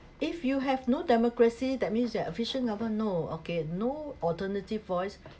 if you have no democracy that means you're efficient government no okay no alternative voice